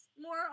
more